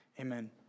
amen